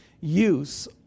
Use